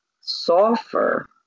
sulfur